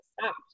stop